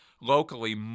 locally